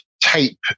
Tape